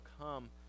come